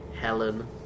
Helen